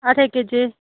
ಅದು ಹೇಗೆ K G